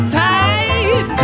tight